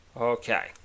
Okay